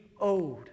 owed